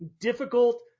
difficult